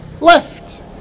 left